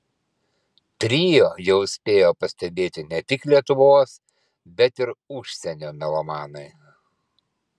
trio jau spėjo pastebėti ne tik lietuvos bet ir užsienio melomanai